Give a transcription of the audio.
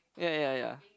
ya ya ya